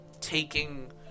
taking